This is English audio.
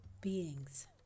beings